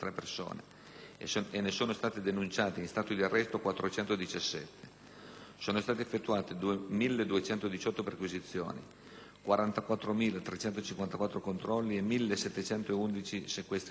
e ne sono state denunciate in stato di arresto 417; sono state effettuate 1.218 perquisizioni, 44.354 controlli e 1.711 sequestri di veicoli.